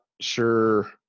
sure